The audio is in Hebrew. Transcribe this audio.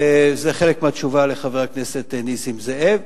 וזה חלק מהתשובה לחבר הכנסת נסים זאב,